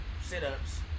sit-ups